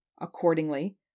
Accordingly